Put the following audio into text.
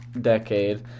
decade